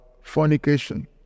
fornication